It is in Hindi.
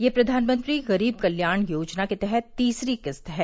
यह प्रधानमंत्री गरीब कल्याण योजना के तहत तीसरी किस्त है